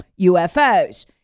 UFOs